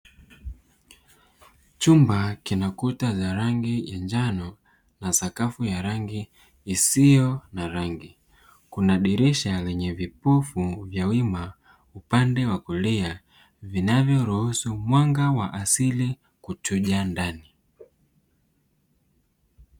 Chumba kina Kuta za rangi ya njano na sakafu ya rangi isiyo na rangi, kuna dirisha lenye viprufu vya wima, upande wa kulia vinavyoruhusu mwanga wa asili kutojaa ndani.